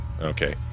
Okay